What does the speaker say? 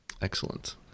Excellent